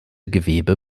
gewebe